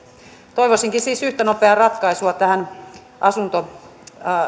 toivoisinkin siis yhtä nopeaa ratkaisua tähän